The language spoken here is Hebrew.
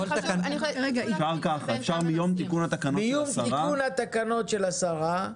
להיות --- מיום תיקון התקנות של השרה,